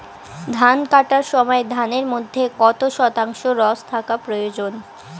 ধান কাটার সময় ধানের মধ্যে কত শতাংশ রস থাকা প্রয়োজন?